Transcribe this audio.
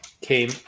came